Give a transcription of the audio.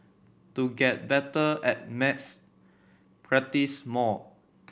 to get better at maths practise more